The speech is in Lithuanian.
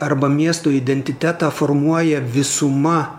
arba miesto identitetą formuoja visuma